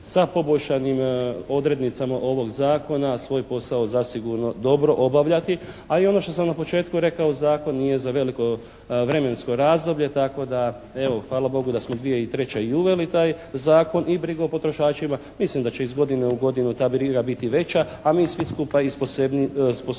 sa poboljšanim odrednicama ovog Zakona svoj posao zasigurno dobro obavljati. A i ono što sam na početku rekao, Zakon nije za veliko vremensko razdoblje. Tako da, evo, hvala Bogu da smo 2003. i uveli taj zakon i brigu o potrošačima. Mislim da će iz godine u godinu ta briga biti veća, a mi svi skupa i sposobniji